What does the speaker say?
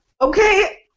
Okay